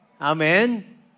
Amen